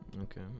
okay